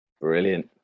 Brilliant